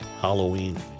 Halloween